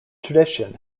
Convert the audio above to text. tradition